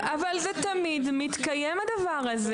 אבל הדבר הזה מתקיים תמיד.